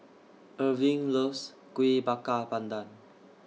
Irving loves Kuih Bakar Pandan